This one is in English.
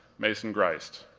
mason grist.